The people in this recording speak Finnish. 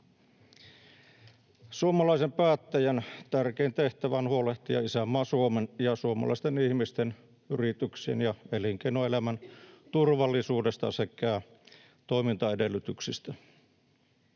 Suomalaisen päättäjän tärkein tehtävä on huolehtia isänmaa Suomen ja suomalaisten ihmisten, yrityksien ja elinkeinoelämän turvallisuudesta sekä toimintaedellytyksistä.